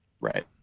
Right